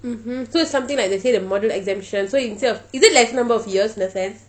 mmhmm so is something like they say the module exemption so instead of is it lesser number of years in a sense